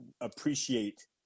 appreciate